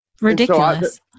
ridiculous